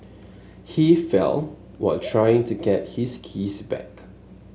he fell while trying to get his keys back